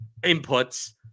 inputs